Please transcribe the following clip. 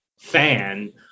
fan